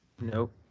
Nope